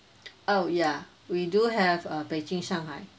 oh ya we do have uh beijing shanghai